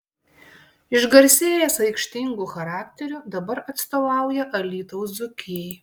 išgarsėjęs aikštingu charakteriu dabar atstovauja alytaus dzūkijai